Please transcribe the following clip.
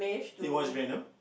you watch venom